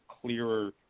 clearer